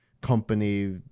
company